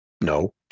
no